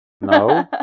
No